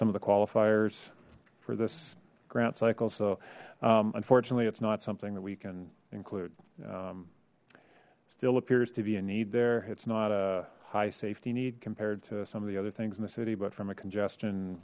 some of the qualifiers for this grant cycle so unfortunately it's not something that we can include still appears to be a need there it's not a high safety need compared to some of the other things in the city but from a congestion